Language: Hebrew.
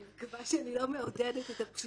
אני מקווה שאני לא מעודדת את הפשיעה.